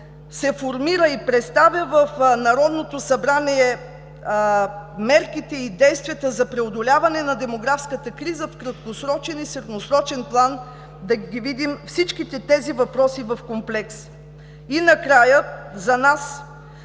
се формират и представят в Народното събрание мерките и действията за преодоляване на демографската криза в краткосрочен и средносрочен план, да ги видим всичките тези въпроси в комплекс. И накрая. За нас